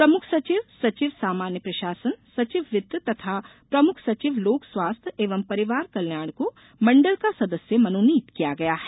प्रमुख सचिवसचिव सामान्य प्रशासन सचिव वित्त तथा प्रमुख सचिव लोक स्वास्थ्य एवं परिवार कल्याण को मंडल का सदस्य मनोनीत किया गया है